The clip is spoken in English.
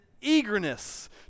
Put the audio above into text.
eagerness